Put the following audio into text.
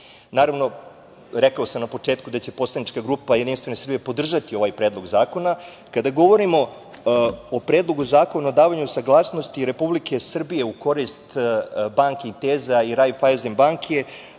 Naravno, rekao sam na početku da će poslanička grupa JS podržati ovaj predlog zakona. Kada govorimo o Predlog zakona o davanju saglasnosti Republike Srbije u korist banke „Intesa“ i „Raiffeisen banke“,